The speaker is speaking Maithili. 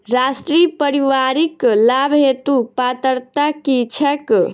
राष्ट्रीय परिवारिक लाभ हेतु पात्रता की छैक